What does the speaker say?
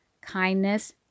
kindness